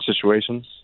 situations